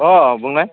अ बुंनाय